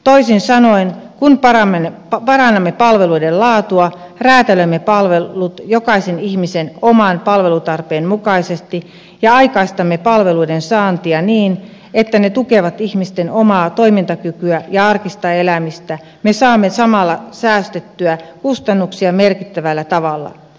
toisin sanoen kun parannamme palveluiden laatua räätälöimme palvelut jokaisen ihmisen oman palvelutarpeen mukaisesti ja aikaistamme palveluiden saantia niin että ne tukevat ihmisten omaa toimintakykyä ja arkista elämistä me saamme samalla säästettyä kustannuksia merkittävällä tavalla